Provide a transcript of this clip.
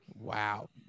Wow